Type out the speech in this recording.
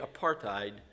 apartheid